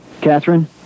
Catherine